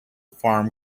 farm